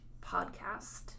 podcast